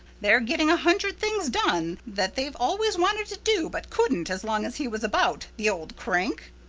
they're getting a hundred things done that they've always wanted to do but couldn't as long as he was about, the old crank.